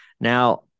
Now